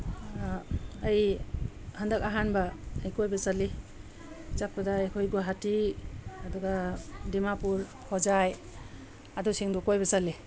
ꯑꯩ ꯍꯟꯗꯛ ꯑꯍꯥꯟꯕ ꯑꯩ ꯀꯣꯏꯕ ꯆꯠꯂꯤ ꯆꯠꯄꯗ ꯑꯩꯈꯣꯏ ꯒꯨꯋꯥꯍꯥꯇꯤ ꯑꯗꯨꯒ ꯗꯤꯃꯥꯄꯨꯔ ꯍꯣꯖꯥꯏ ꯑꯗꯨꯁꯤꯡꯗꯨ ꯀꯣꯏꯕ ꯆꯠꯂꯤ